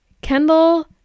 Kendall